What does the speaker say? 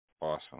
Awesome